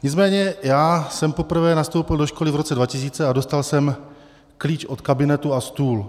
Nicméně já jsem poprvé nastoupil do školy v roce 2000 a dostal jsem klíč od kabinetu a stůl.